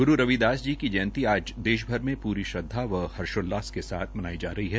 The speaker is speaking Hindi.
ग्रू रविदास जी की जयंती आज देश भर में पूरी श्रद्वा व हर्षोल्लास से मनाई जा रही है